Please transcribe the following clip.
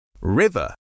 River